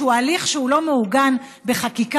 שהוא הליך שלא מעוגן בחקיקה,